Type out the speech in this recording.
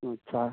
अच्छा